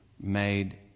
made